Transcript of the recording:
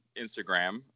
Instagram